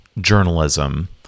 journalism